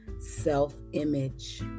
self-image